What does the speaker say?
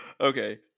okay